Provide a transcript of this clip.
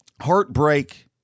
heartbreak